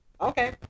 Okay